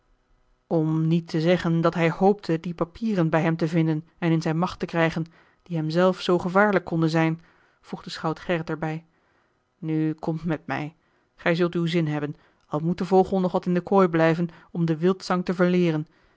om niet te zeggen dat hij hoopte die papieren bij hem te vinden en in zijne macht te krijgen die hem zelf zoo gevaarlijk konden zijn voegde schout gerrit er bij nu kom met mij gij zult uw zin hebben al moet de vogel nog wat in de kooi blijven om den wildzang te verleeren